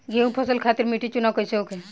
गेंहू फसल खातिर मिट्टी चुनाव कईसे होखे?